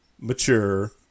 mature